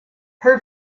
her